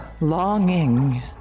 longing